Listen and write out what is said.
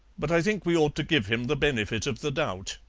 but i think we ought to give him the benefit of the doubt.